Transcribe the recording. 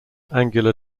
angular